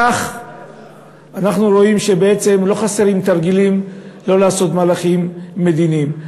בכך אנחנו רואים שבעצם לא חסרים תרגילים כדי לא לעשות מהלכים מדיניים.